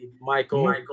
Michael